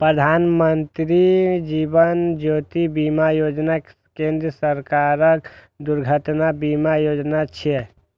प्रधानमत्री जीवन ज्योति बीमा योजना केंद्र सरकारक दुर्घटना बीमा योजना छियै